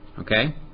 Okay